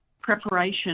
preparation